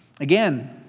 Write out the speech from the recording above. Again